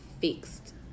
fixed